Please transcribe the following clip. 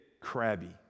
crabby